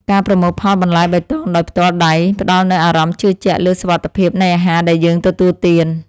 ការប្រមូលផលបន្លែបៃតងដោយផ្ទាល់ដៃផ្តល់នូវអារម្មណ៍ជឿជាក់លើសុវត្ថិភាពនៃអាហារដែលយើងទទួលទាន។